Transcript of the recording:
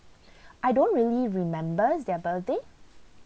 I don't really remembers their birthday